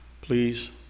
Please